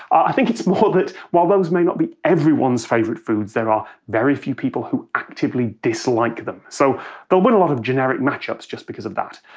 i think it's more that, while those may not be everyone's favourite foods, there are very few people who actively dislike them, so they'll win a lot of generic match-ups just because of that.